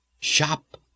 Shop